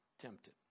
tempted